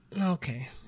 Okay